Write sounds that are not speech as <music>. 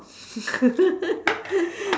<laughs>